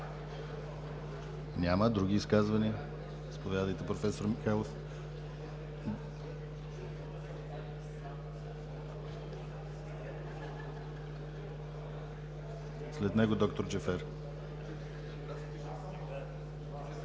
Няма. Други изказвания? Заповядайте, професор Михайлов. След него – д-р Джафер.